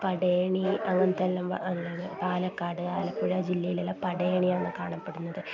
പടയണി അങ്ങനത്തെ എല്ലാം പാലക്കാട് ആലപ്പുഴ ജില്ലയിലെല്ലാം പടയണിയാണ് കാണപ്പെടുന്നത്